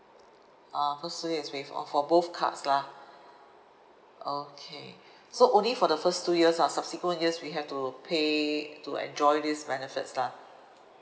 ah first two year is waived off for both cards lah okay so only for the first two years lah subsequent years we have to pay to enjoy this benefits lah